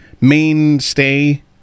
Mainstay